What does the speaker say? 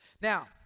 Now